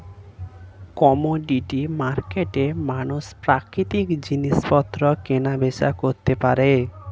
commodity মার্কেটে মানুষ প্রাকৃতিক জিনিসপত্র কেনা বেচা করতে পারে